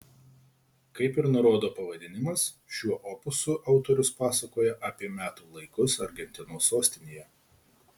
kaip ir nurodo pavadinimas šiuo opusu autorius pasakoja apie metų laikus argentinos sostinėje